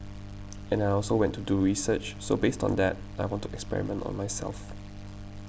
and I also went to do research so based on that I went to experiment on myself